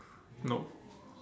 no